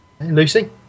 Lucy